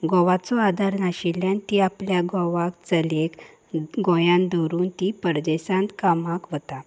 घोवाचो आदार नाशिल्ल्यान ती आपल्या घोवाक चलयेक गोंयान दवरून ती परदेसांत कामाक वता